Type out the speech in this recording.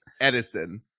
edison